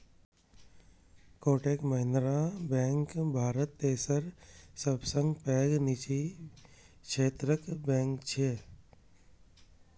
Kotak Mahindra bank Bharat तेसर सबसं पैघ निजी क्षेत्रक बैंक छियै